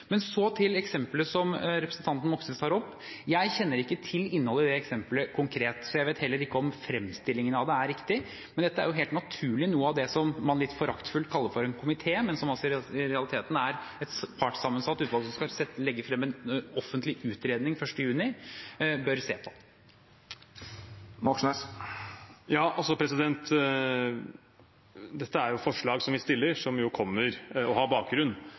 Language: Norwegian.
Så til eksemplet som representanten Moxnes tar opp. Jeg kjenner ikke til innholdet i det eksemplet konkret, så jeg vet heller ikke om fremstillingen av det er riktig. Men dette er helt naturlig noe av det som det man litt foraktfullt kaller for en komité, men som i realiteten er et partssammensatt utvalg som skal legge frem en offentlig utredning 1. juni, bør se på. Ja, dette er jo forslag som vi stiller, som har bakgrunn fra fagbevegelsen. Dette er fagforeninger som står midt oppe i kampen for å